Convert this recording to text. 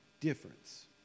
Difference